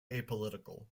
apolitical